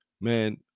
man